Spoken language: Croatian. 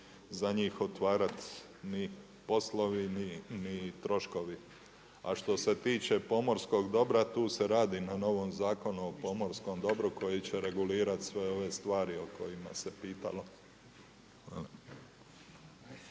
za njih otvarati ni poslovi ni troškovi. A što se tiče pomorskog dobra, tu se radi na novom Zakonu o pomorskom dobru koji će regulirati sve ove stvari o kojima se pitalo.